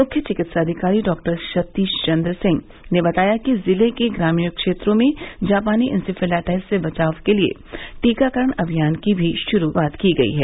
मुख्य चिकित्साधिकारी डॉ सतीश चंद्र सिंह ने बताया कि जिले के ग्रामीण क्षेत्रों में जापानी इंसेफेलाइटिस से बचाव के लिए टीकाकरण अभियान भी श्रू किया गया है